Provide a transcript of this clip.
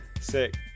Sick